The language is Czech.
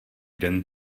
den